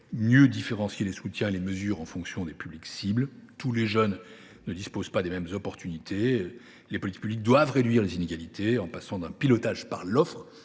mieux différencier les soutiens et les mesures en fonction des publics ciblés. Tous les jeunes ne disposent pas des mêmes chances. Les politiques publiques doivent réduire les inégalités en passant d’un pilotage par l’offre